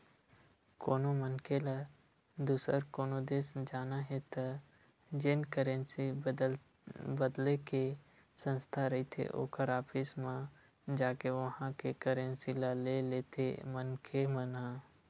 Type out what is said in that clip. कोनो मनखे ल दुसर कोनो देस जाना हे त जेन करेंसी बदले के संस्था रहिथे ओखर ऑफिस म जाके उहाँ के करेंसी ल ले लेथे मनखे मन ह